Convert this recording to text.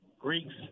Greeks